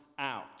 out